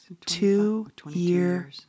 Two-year